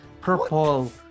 purple